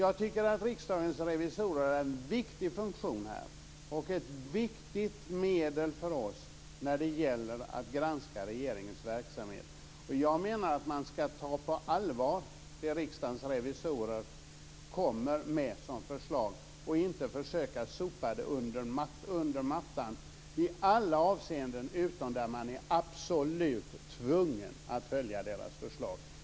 Jag tycker att Riksdagens revisorer är en viktig funktion här, och ett viktigt medel för oss när det gäller att granska regeringens verksamhet. Jag menar att man ska ta det Riksdagens revisorer kommer med som förslag på allvar. Man ska inte försöka sopa det här under mattan i alla fall utom då man är absolut tvungen att följa deras förslag.